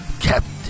Captain